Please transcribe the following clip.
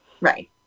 Right